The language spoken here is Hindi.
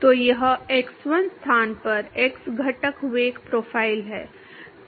तो यह x1 स्थान पर x घटक वेग प्रोफ़ाइल है